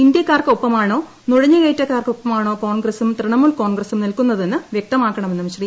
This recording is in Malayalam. ഇന്ത്യക്കാർക്ക് ഒപ്പമാണോ നുഴഞ്ഞുകയറ്റക്കാർ ക്കൊപ്പമാണോ കോൺഗ്രസും തൃണമുൽകോൺഗ്രസും നിൽക്കുന്നതെന്ന് വ്യക്തമാക്കണമെന്നും ശ്രീ